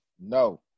No